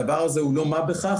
הדבר הזה הוא לא מה בכך.